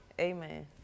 Amen